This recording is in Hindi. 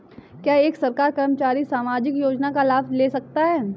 क्या एक सरकारी कर्मचारी सामाजिक योजना का लाभ ले सकता है?